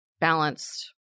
balanced